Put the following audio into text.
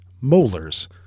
Molars